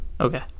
Okay